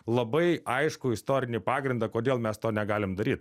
labai aiškų istorinį pagrindą kodėl mes to negalim daryt